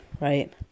right